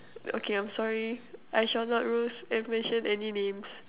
okay I'm sorry I shall not roast and mention any names